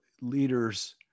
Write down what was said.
leaders